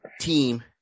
team